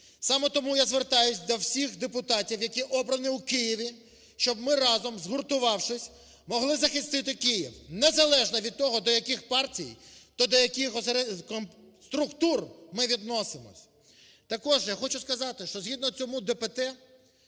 Саме тому я звертаюсь до всіх депутатів, які обрані у Києві, щоб ми разом, згуртувавшись, могли захистити Київ незалежно від того, до яких партій, до яких структур ми відносимось. Також я хочу сказати, що згідно цьому ДПТ